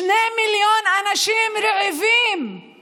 שני מיליון אנשים רעבים;